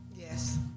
Yes